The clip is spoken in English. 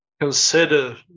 consider